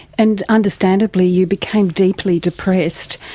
and understandably you became deeply depressed.